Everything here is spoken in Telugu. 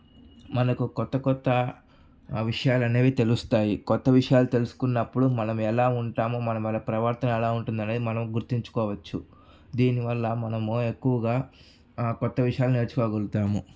మనకు కొత్త కొత్త విషయాలు అనేవి తెలుస్తాయి కొత్త విషయాలు తెలుసుకున్నప్పుడు మనం ఎలా ఉంటాము మన మన ప్రవర్తన ఎలా ఉంటుంది అనేది మనం గుర్తించుకోవచ్చు దీని వల్ల మనము ఎక్కువగా కొత్త విషయాలు నేర్చుకోగలుగుతాము